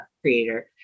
creator